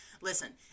Listen